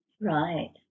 Right